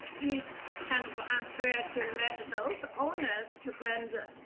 it's kind of ah unfair to let those owners to bear the